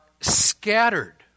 scattered